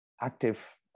active